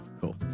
cool